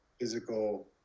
physical